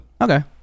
Okay